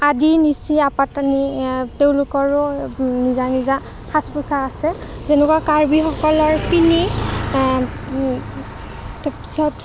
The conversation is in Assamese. আদি নিশি আপাতানি তেওঁলোকৰো নিজা নিজা সাজ পোচাক আছে যেনেকুৱা কাৰ্বিসকলৰ পিনি তাৰপিছত